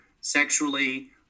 sexually